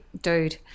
dude